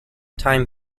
time